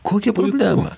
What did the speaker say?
kokia problema